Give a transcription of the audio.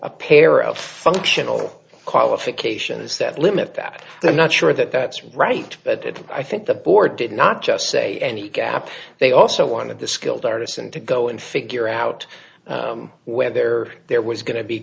a pair of functional qualification is that limit that i'm not sure that that's right but that i think the board did not just say any gap they also wanted the skilled artisan to go and figure out whether there was going to be